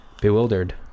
bewildered